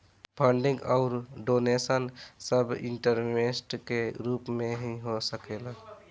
funding अउर donation सब investment के रूप में हो सकेला